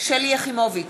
שלי יחימוביץ,